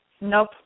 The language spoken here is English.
Nope